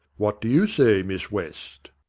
what do you say, miss west?